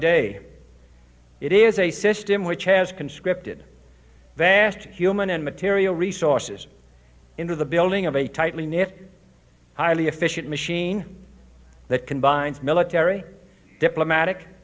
day it is a system which has conscripted vast human and material resources into the building of a tightly knit highly efficient machine that can bind military diplomatic